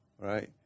right